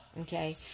Okay